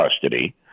custody